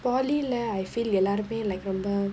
poly leh I feel எல்லாருமே:ellaarumae like ரொம்ப:romba